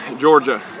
Georgia